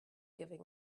giving